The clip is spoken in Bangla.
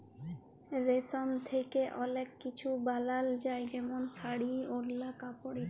রেশম থ্যাকে অলেক কিছু বালাল যায় যেমল শাড়ি, ওড়লা, কাপড় ইত্যাদি